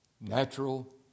natural